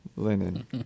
Linen